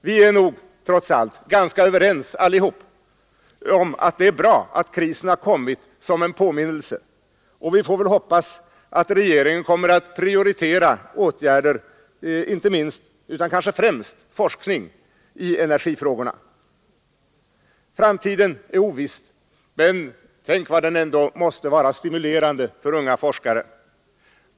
Vi är nog trots allt allesammans ganska överens om att det är bra att krisen kommit som en påminnelse, och vi får väl hoppas att regeringen kommer att prioritera åtgärder på detta område, kanske främst forskning i energifrågorna. Framtiden är oviss, men tänk vad den ändå måste vara stimulerande för unga forskare!